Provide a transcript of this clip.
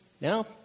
Now